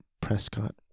Prescott